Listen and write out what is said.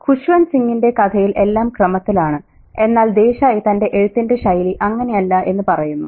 ഖുശ്വന്ത് സിംഗിന്റെ കഥയിൽ എല്ലാം ക്രമത്തിലാണ് എന്നാൽ ദേശായി തന്റെ എഴുത്തിന്റെ ശൈലി അങ്ങനെയല്ല എന്ന് പറയുന്നു